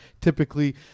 typically